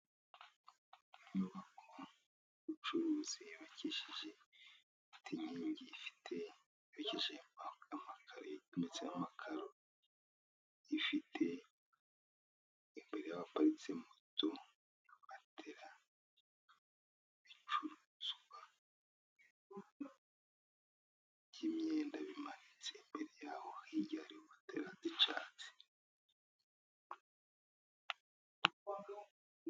Inyubako y'ubucuruzi yubakishije cyangwa ifite inkingi zometseho amakaro, imbere yaho haparitse moto na matera, ibicuruzwa by'imyenda bimanitse , imbere yaho hirya hamanitse matera z'icyatsi.